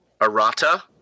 Arata